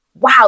wow